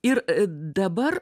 ir a dabar